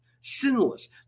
sinless